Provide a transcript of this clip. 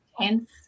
Tense